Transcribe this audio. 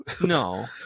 no